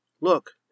look